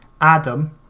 Adam